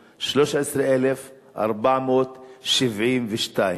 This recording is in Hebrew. החינוך: 13,472